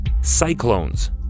cyclones